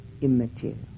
immaterial